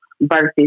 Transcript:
versus